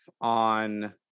on